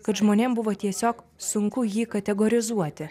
kad žmonėm buvo tiesiog sunku jį kategorizuoti